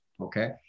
okay